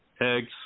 eggs